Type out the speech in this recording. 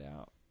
out